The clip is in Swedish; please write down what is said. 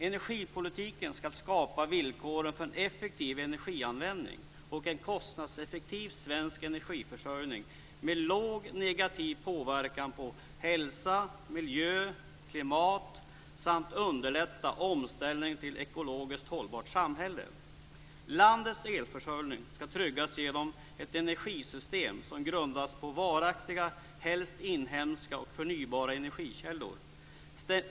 Energipolitiken ska skapa villkoren för en effektiv energianvändning och en kostnadseffektiv svensk energiförsörjning med låg negativ påverkan på hälsa, miljö, klimat samt underlätta omställning till ett ekologiskt hållbart samhälle. Landets elförsörjning ska tryggas genom ett energisystem som grundas på varaktiga, helst inhemska och förnybara energikällor.